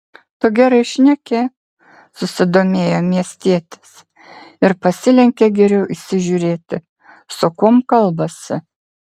tu gerai šneki susidomėjo miestietis ir pasilenkė geriau įsižiūrėti su kuom kalbasi